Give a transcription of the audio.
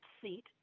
seat